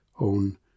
own